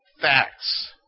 facts